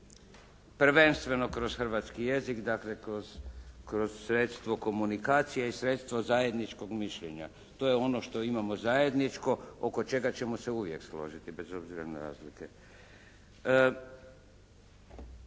prvenstveno kroz hrvatski jezik, dakle kroz sredstvo komunikacije i sredstvo zajedničkog mišljenja. To je ono što imamo zajedničko. Oko čega ćemo se uvijek složiti, bez obzira na razlike.